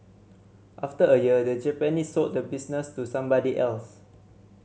after a year the Japanese sold the business to somebody else